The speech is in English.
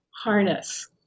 harness